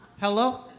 Hello